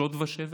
שוד ושבר.